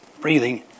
breathing